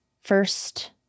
first